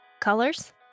Colors